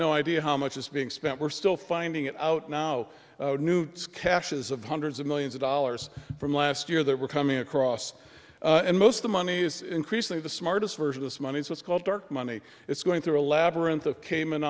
no idea how much is being spent we're still finding it out now newt's caches of hundreds of millions of dollars from last year that were coming across and most of the money is increasing the smartest version this money is what's called dark money it's going through a labyrinth of cayman